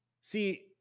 See